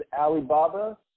Alibaba